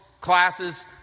classes